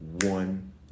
one